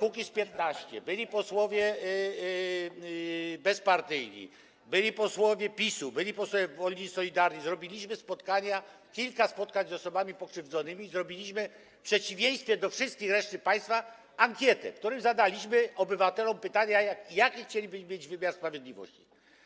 Kukiz’15, byli posłowie bezpartyjni, byli posłowie PiS-u, byli posłowie koła Wolni i Solidarni, zrobiliśmy spotkania, kilka spotkań z osobami pokrzywdzonymi, zrobiliśmy - w przeciwieństwie do wszystkich, reszty państwa - ankietę, w której zadaliśmy obywatelom pytania, jaki chcieliby mieć wymiar sprawiedliwości.